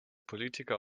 politiker